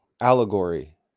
allegory